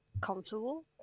comfortable